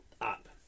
up